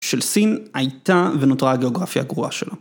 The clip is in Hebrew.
של סין הייתה ונותרה הגיאוגרפיה הגרועה שלו.